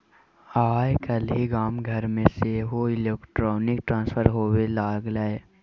आय काल्हि गाम घरमे सेहो इलेक्ट्रॉनिक ट्रांसफर होए लागलै